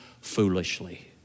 foolishly